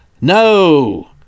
No